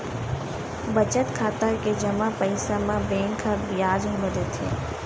बचत खाता के जमा पइसा म बेंक ह बियाज घलो देथे